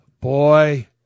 Boy